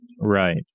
Right